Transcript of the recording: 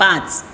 पांच